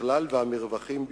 בכלל והמרווחים בפרט.